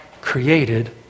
created